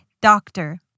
doctor